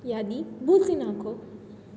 યાદી ભૂંસી નાંખો